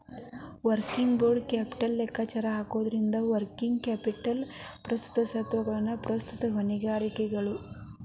working ಕ್ಯಾಪಿಟಲ್ದ್ ಲೆಕ್ಕಾಚಾರ ಹೆಂಗಂದ್ರ, ವರ್ಕಿಂಗ್ ಕ್ಯಾಪಿಟಲ್ ಪ್ರಸ್ತುತ ಸ್ವತ್ತುಗಳು ಪ್ರಸ್ತುತ ಹೊಣೆಗಾರಿಕೆಗಳು